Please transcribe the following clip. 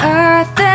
earth